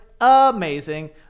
amazing